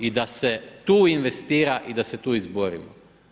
I da se tu investira i da se tu izborima.